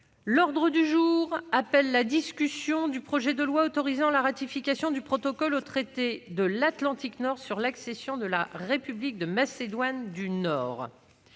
L'ordre du jour appelle la discussion du projet de loi autorisant la ratification du protocole au traité de l'Atlantique Nord sur l'accession de la République de Macédoine du Nord